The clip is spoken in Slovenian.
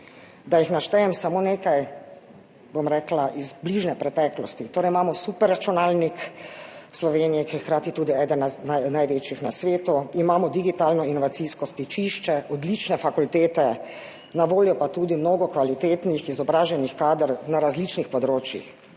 Da jih naštejem samo nekaj iz bližnje preteklosti. Torej, imamo superračunalnik Slovenije, ki je hkrati tudi eden največjih na svetu, imamo Digitalno inovacijsko stičišče, odlične fakultete, na voljo pa je tudi mnogo kvalitetnih izobraženih kadrov na različnih področjih.